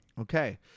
Okay